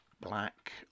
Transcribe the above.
Black